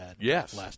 Yes